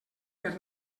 per